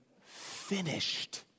finished